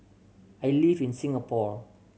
I live in Singapore